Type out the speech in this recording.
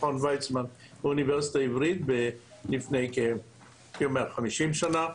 מכון ויצמן והאוניברסיטה העברית לפני כ-50 שנה,